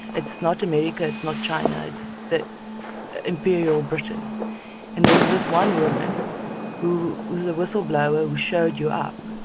it's not america. it's not china. it's the imperial britain and there's this one woman who was the whistleblower who showed you up,